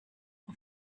auf